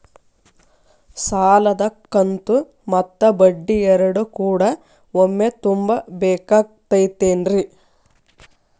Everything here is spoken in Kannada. ಸಾಲದ ಕಂತು ಮತ್ತ ಬಡ್ಡಿ ಎರಡು ಕೂಡ ಒಮ್ಮೆ ತುಂಬ ಬೇಕಾಗ್ ತೈತೇನ್ರಿ?